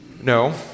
No